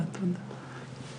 תודה רבה.